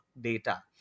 data